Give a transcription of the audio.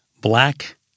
black